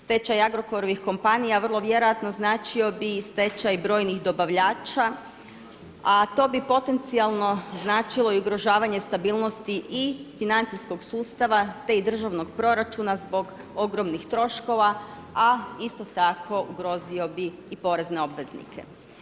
Stečajem Agrokorovih kompanija, vrlo vjerojatno, značio bi i stečaj brojnih dobavljača, a to bi potencijalno značilo i ugrožavanja stabilnosti i financijskog sustava, te i državnog proračuna, zbog ogromnih troškova, a isto tako ugrozio bi i porezne obveznike.